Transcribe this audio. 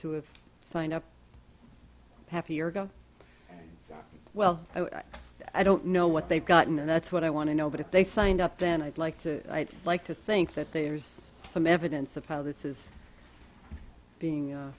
have signed up happy or go well i don't know what they've gotten and that's what i want to know but if they signed up then i'd like to i'd like to think that there's some evidence of how this is being